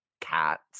cats